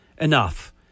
Enough